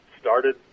started